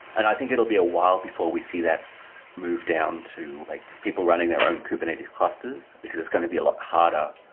and i think it'll be a while before we see that move down to like people running their own kubernetes clusters, because it's going to be a lot harder.